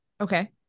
okay